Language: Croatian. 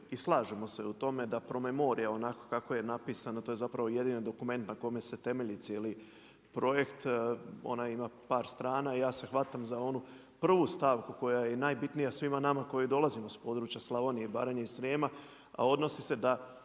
i slažemo se u tome da promemorija, onako kako je napisano, to je zapravo jedini dokument na kojemu se temelji cijeli projekt, ona ima par strana i ja se hvatam za onu prvu stavku koja je i najbitnija svima nama koji dolazimo sa područja Slavonije i Baranje i Srijema a odnosi se da